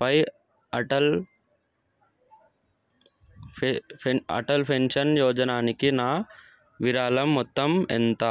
పై Atal Atal pension యోజనాకి నా విరాళం మొత్తం ఎంత